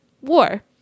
war